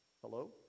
Hello